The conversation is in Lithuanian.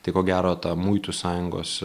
tai ko gero ta muitų sąjungos